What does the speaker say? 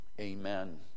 Amen